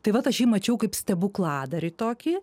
tai vat aš jį mačiau kaip stebukladarį tokį